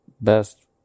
best